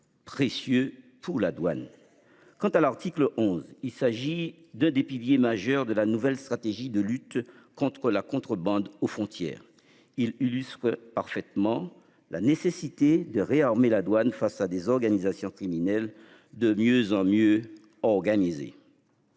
précieux pour la douane. Quant à l'article 11, il s'agit de des piliers majeurs de la nouvelle stratégie de lutte contre la contrebande aux frontières. Il illustre parfaitement la nécessité de réarmer la douane face à des organisations criminelles de mieux en mieux organisé.